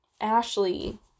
Ashley